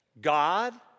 God